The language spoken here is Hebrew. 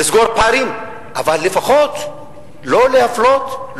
אבל לפחות לא להפלות,